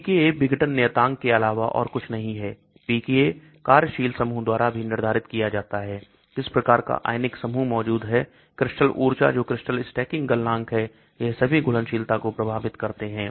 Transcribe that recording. pKa pKa विघटन नियतांक के अलावा और कुछ नहीं है pKa कार्यशील समूह द्वारा भी निर्धारित किया जाता है किस प्रकार का आयनिक समूह मौजूद है क्रिस्टल ऊर्जा जो क्रिस्टल stacking गलनांक है यह सभी घुलनशीलता को प्रभावित करते हैं